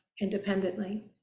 independently